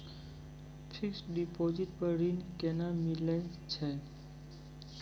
Fixed deposit पर ऋण केना मिलै छै?